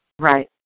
Right